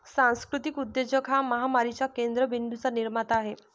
सांस्कृतिक उद्योजक हा महामारीच्या केंद्र बिंदूंचा निर्माता आहे